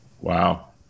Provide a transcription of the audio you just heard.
Wow